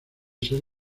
ser